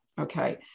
Okay